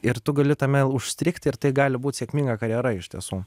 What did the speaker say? ir tu gali tame užstrigti ir tai gali būt sėkminga karjera iš tiesų